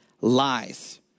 lies